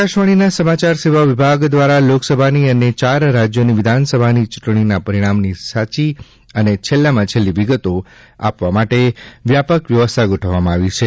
આકાશવાણીના સમાચાર સેવા વિભાગ દ્વારા લોકસભાની અને ચાર રાજ્યોની વિધાનસભાની ચૂંટણીના પરિણામની સાચી અને છેલ્લામાં છેલ્લી વિગતો આપવા માટે વ્યાપક વ્યવસ્થા ગોઠવવામાં આવી છે